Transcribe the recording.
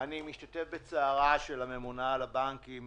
אני משתתף בצערה של הממונה על הבנקים